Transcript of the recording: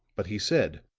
but he said